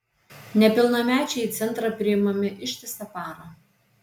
nepilnamečiai į centrą priimami ištisą parą